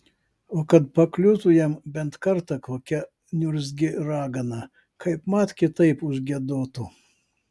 o kad pakliūtų jam bent kartą kokia niurzgi ragana kaipmat kitaip užgiedotų